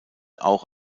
auch